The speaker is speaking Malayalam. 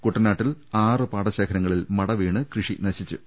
കുട്ടനാട്ടിൽ ആര് പാടശേഖരങ്ങളിൽ മട വീണ് കൃഷി നശിച്ചു